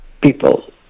people